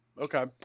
Okay